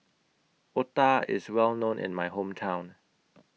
Otah IS Well known in My Hometown